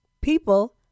People